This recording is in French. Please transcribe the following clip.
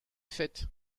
faite